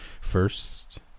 First